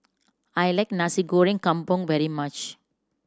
I like Nasi Goreng Kampung very much